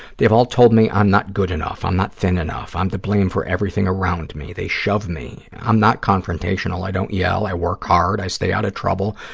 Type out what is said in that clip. they have all told me i'm not good enough, i'm not thin enough, i'm to blame for everything around me. they shove me. i'm not confrontational. i don't yell. i work hard. i stay out of trouble.